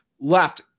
left